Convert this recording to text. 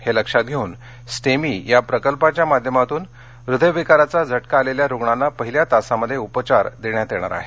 हे लक्षात घेऊन स्टेमी या प्रकल्पाच्या माध्यमातून हृदयविकाराचा झटका आलेल्या रुग्णांना पहिल्या तासामध्ये उपचार देण्यात येणार आहे